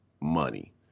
money